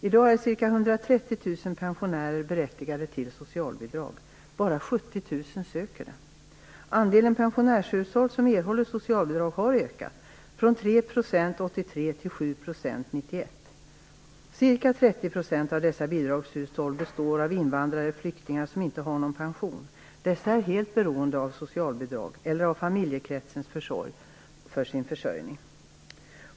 I dag är ca 130 000 pensionärer berättigade till socialbidrag. Bara 70 000 söker bidrag. Andelen pensionärshushåll som erhåller socialbidrag har ökat från 3 % 1983 till 7 % 1991. Ca 30 % av dessa bidragshushåll består av invandrare eller flyktingar som inte har någon pension. De är helt beroende av socialbidrag eller av familjekretsen för sin försörjning.